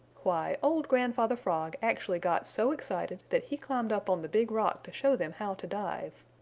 why, old grandfather frog actually got so excited that he climbed up on the big rock to show them how to dive.